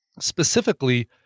specifically